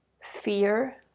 fear